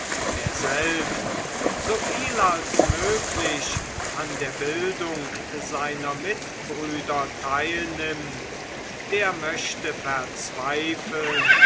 wer selbst soviel als möglich an der bildung seiner mitbürger teilnimmt der möchte verzweifeln